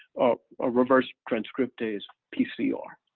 a reverse transcriptase pcr.